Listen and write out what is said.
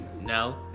No